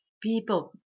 people